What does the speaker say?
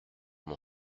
m’en